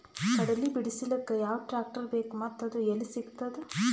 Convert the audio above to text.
ಕಡಲಿ ಬಿಡಿಸಲಕ ಯಾವ ಟ್ರಾಕ್ಟರ್ ಬೇಕ ಮತ್ತ ಅದು ಯಲ್ಲಿ ಸಿಗತದ?